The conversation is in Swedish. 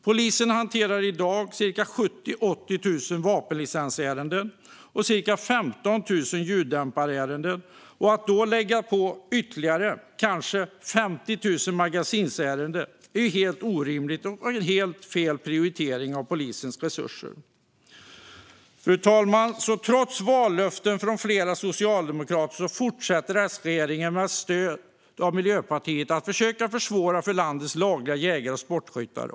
Polisen hanterar i dag ca 70 000-80 000 vapenlicensärenden och ca 15 000 ljuddämparärenden, och att då lägga till ytterligare kanske 50 000 magasinsärenden är helt orimligt och en helt felaktig prioritering när det gäller användningen av polisens resurser. Fru talman! Trots vallöften från flera socialdemokrater fortsätter Sregeringen med stöd av Miljöpartiet att försöka försvåra för landets lagliga jägare och sportskyttar.